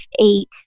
eight